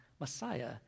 Messiah